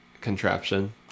contraption